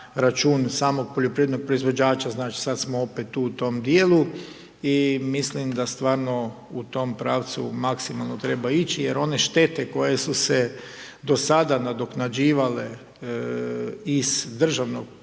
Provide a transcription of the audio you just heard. račun samog poljoprivrednog proizvođača, znači sad smo opet tu u tom dijelu i mislim da stvarno u tom pravcu maksimalno treba ići jer one štete koje su se do sada nadoknađivale iz državnog proračuna